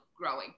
growing